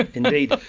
indeed.